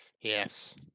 Yes